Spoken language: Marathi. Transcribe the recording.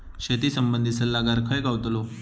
शेती संबंधित सल्लागार खय गावतलो?